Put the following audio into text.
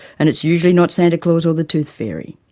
and it's usually not santa claus or the tooth fairy.